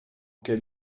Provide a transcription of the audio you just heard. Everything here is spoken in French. quel